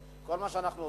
כל מה שאנחנו עושים,